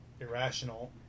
irrational